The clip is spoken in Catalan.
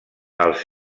els